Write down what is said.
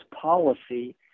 policy